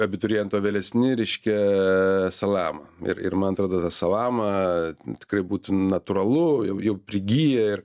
abituriento vėlesni reiškia salama ir ir man atrodo ta salama tikrai būtų natūralu jau jau prigiję ir